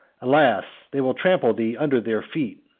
alas! they will trample thee under their feet.